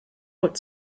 what